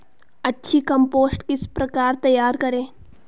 अच्छी कम्पोस्ट किस प्रकार तैयार करें?